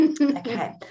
Okay